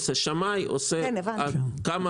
ערך הקרקע שונה.